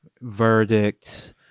verdict